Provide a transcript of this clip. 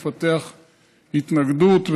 מפתח התנגדות,